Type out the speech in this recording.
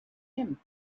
him